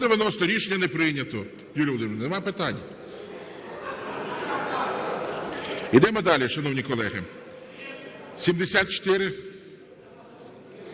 Рішення не прийнято. Юлія Володимирівна, немає питань. Йдемо далі, шановні колеги. 7428,